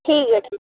ठीक ऐ जी